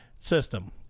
System